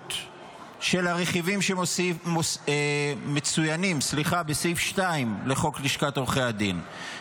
העלות של הרכיבים שמצוינים בסעיף 2 לחוק לשכת עורכי הדין,